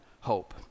hope